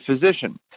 physician